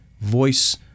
voice